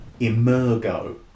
emergo